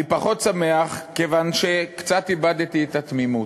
אני פחות שמח, כיוון שקצת איבדתי את התמימות.